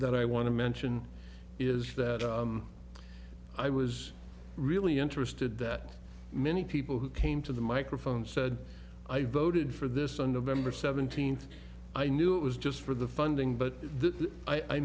that i want to mention is that i was really interested that many people who came to the microphone said i voted for this on november seventeenth i knew it was just for the funding but